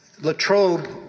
Latrobe